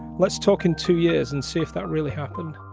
let's talk in two years and see if that really happen